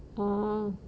orh